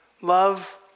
Love